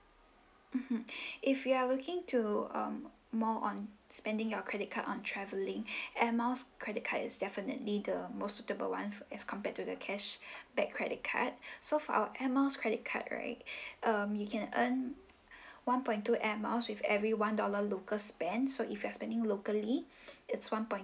mmhmm if you are looking to um more on spending your credit card on travelling air miles credit card is definitely the moat suitable [one] as compared to the cashback credit card so for our air miles credit card right um you can earn one point two air miles with every one dollar local spend so if you are spending locally it's one point